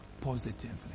positively